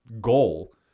goal